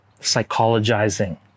psychologizing